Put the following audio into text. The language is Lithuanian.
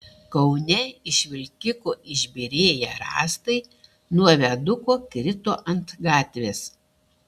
kaune iš vilkiko išbyrėję rąstai nuo viaduko krito ant gatvės